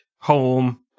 home